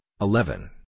eleven